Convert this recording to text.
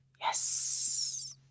Yes